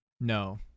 No